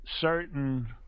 certain